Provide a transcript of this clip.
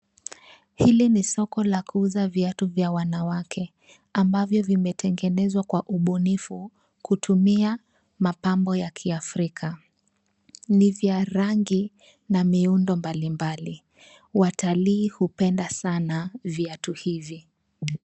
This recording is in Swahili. Hili ni soko la kuuza viatu vya wanawake amabvyo vimetegenezwa kwa ubunifu kutumia mapambo ya kiafrika. Ni vya rangi na miundo mbalimbali. Watalii hupenda sana viatu hivi.